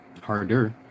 Harder